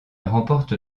remporte